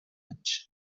anys